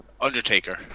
Undertaker